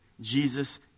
Jesus